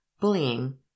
bullying